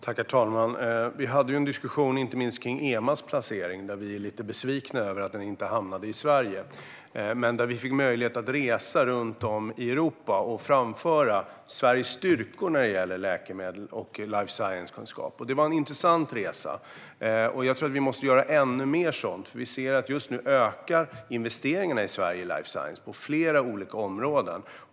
Herr talman! Vi har haft en diskussion inte minst om Emas placering. Vi är lite besvikna över att myndigheten inte hamnade i Sverige, men vi fick möjlighet att resa runt i Europa och framhålla Sveriges styrkor när det gäller läkemedel och life science-kunskap. Det var en intressant resa, och jag tror att vi måste göra ännu mer sådant. Vi ser att just nu ökar investeringarna i Sverige i life science på flera olika områden.